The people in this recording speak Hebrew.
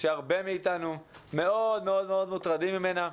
שרבים מאיתנו מאוד מאוד מוטרדים ממנה.